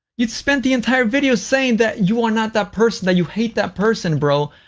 you spent the entire video saying that you are not that person, that you hate that person, bro.